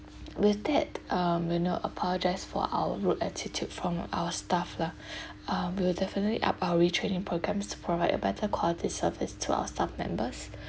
with that um you know apologise for our rude attitude from our staff lah um we'll definitely up our retraining programs to provide a better quality service to our staff members